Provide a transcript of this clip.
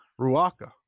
Ruaka